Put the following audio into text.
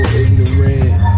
ignorant